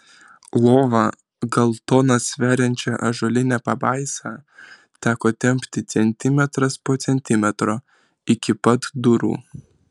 lova gal toną sveriančią ąžuolinę pabaisą teko tempti centimetras po centimetro iki pat durų